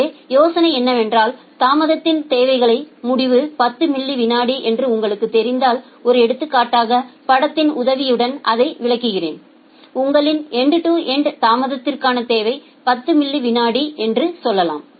எனவே யோசனை என்னவென்றால் தாமதத்தின் தேவைக்கான முடிவு 10 மில்லி விநாடி என்று உங்களுக்குத் தெரிந்தால் ஒரு எடுத்துக்காட்டாக படத்தின் உதவியுடன் அதை விளக்குகிறேன்உங்களின் எண்ட் டு எண்ட் தாமதத்திற்கான தேவை 10 மில்லி விநாடிகள் என்று சொல்லலாம்